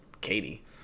Katie